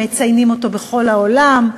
מציינים אותו בכל העולם,